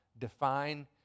define